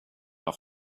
off